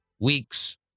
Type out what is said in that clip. week's